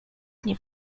nie